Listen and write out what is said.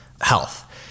health